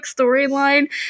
storyline